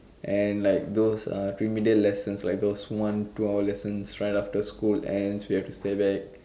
and like those uh remedial lessons like those one two hour lessons right after school ends you have to stay back